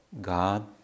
God